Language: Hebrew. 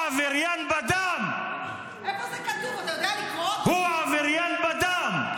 אתה יודע לקרוא --- הוא עבריין בדם.